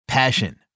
Passion